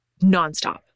nonstop